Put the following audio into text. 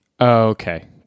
Okay